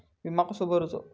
विमा कसो भरूचो?